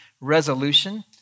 resolution